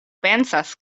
pensas